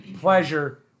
pleasure